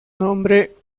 nombre